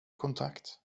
kontakt